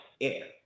air